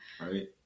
right